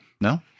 No